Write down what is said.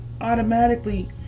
automatically